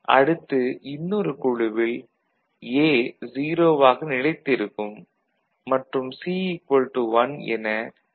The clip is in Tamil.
அடுத்து இன்னொரு குழுவில் A 0 வாக நிலைத்து இருக்கும் மற்றும் C 1 என நிலைத்து நிற்கும்